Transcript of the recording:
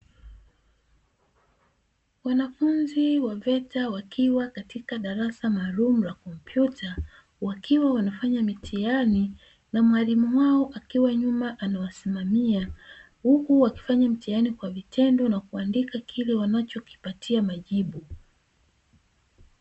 Wanafunzi wa "VETA", wakiwa katika darasa maalumu la kompyuta, wakiwa wanafanya mitihani na mwalimu wao akiwa nyuma amewasimamia, huku wakifanya mtihani kwa vitendo, na kuandika kile wanachokipatia majibu.